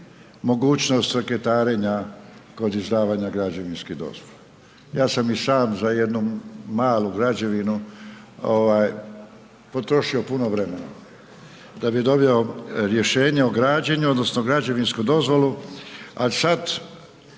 ćemo reketarenja kod izdavanja građevinskih dozvola. Ja sam i sam za jednu malu građevinu potrošio puno vremena da bi dobio rješenje o građenju odnosno građevinsku dozvolu ali sad